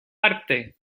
arte